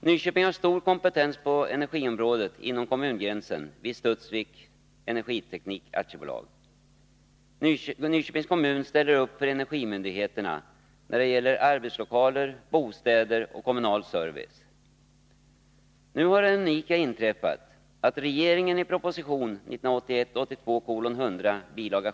Nyköping har stor kompetens på energiområdet genom Studsvik Energiteknik AB inom kommungränserna. Nyköpings kommun ställer upp för energimyndigheterna när det gäller arbetslokaler, bostäder och kommunal service. Nu har det unika inträffat att regeringen i proposition 1981/82:100 bil.